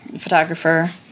photographer